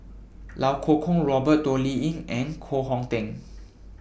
Iau Kuo Kwong Robert Toh Liying and Koh Hong Teng